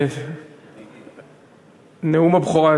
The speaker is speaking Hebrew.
נאום הבכורה,